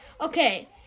okay